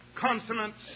consonants